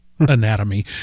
anatomy